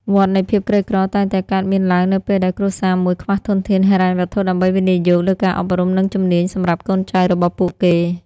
វដ្តនៃភាពក្រីក្រតែងតែកើតមានឡើងនៅពេលដែលគ្រួសារមួយខ្វះធនធានហិរញ្ញវត្ថុដើម្បីវិនិយោគលើការអប់រំ និងជំនាញសម្រាប់កូនចៅរបស់ពួកគេ។